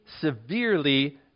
severely